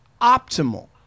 optimal